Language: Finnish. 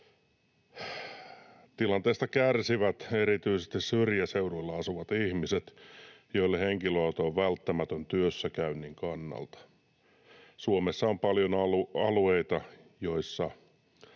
Tilanteesta kärsivät erityisesti syrjäseuduilla asuvat ihmiset, joille henkilöauto on välttämätön työssäkäynnin kannalta. Suomessa on paljon alueita, joissa